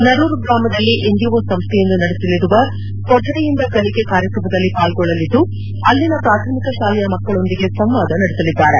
ನರೂರ್ ಗ್ರಾಮದಲ್ಲಿ ಎನ್ಜಿಒ ಸಂಸ್ವೆಯೊಂದು ನಡೆಸಲಿರುವ ಕೊಠಡಿಯಿಂದ ಕಲಿಕೆ ಕಾರ್ಯಕ್ರಮದಲ್ಲಿ ಪಾಲ್ಗೊಳ್ಳಲಿದ್ದು ಅಲ್ಲಿನ ಪಾಥಮಿಕ ಶಾಲೆಯ ಮಕ್ಕಳೊಂದಿಗೆ ಸಂವಾದ ನಡೆಸಲಿದ್ದಾರೆ